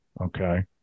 okay